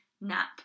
nap